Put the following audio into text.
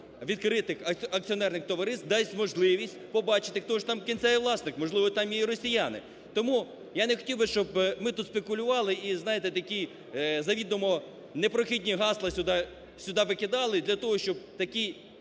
відкритих акціонерних товариств, дасть можливість побачити хто ж там кінцевий власник, можливо, там є і росіяни. Тому я не хотів би, щоб ми тут спекулювали і, знаєте, такі завідомо непрохідні гасла сюди викидали для того, щоб такий